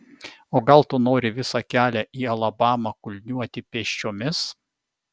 o gal tu nori visą kelią į alabamą kulniuoti pėsčiomis